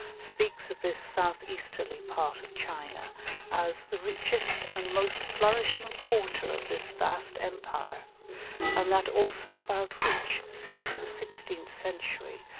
speaks of this south-easterly part of china as the richest and most flourishing quarter of this vast empire and that also about which, since the sixteenth century,